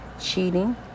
cheating